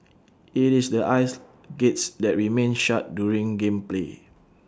IT is the aisle gates that remain shut during game play